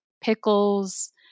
pickles